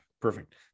Perfect